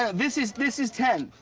ah this is this is ten.